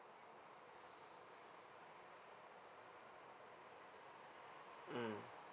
mm